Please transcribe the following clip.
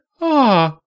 Ah